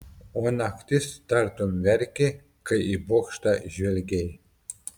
o naktis tartum verkė kai į bokštą žvelgei